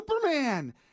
Superman